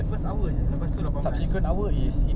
first hour jer lepas tu lapan belas